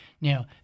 Now